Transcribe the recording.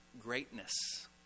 greatness